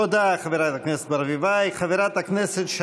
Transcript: תודה לחבר הכנסת אורנה ברביבאי.